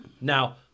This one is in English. now